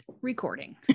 recording